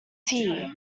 tea